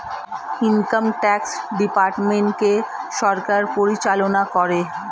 income tax ডিপার্টমেন্টকে সরকার পরিচালনা করে